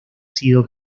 sido